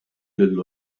lil